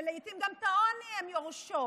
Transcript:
שלעיתים גם את העוני הן יורשות,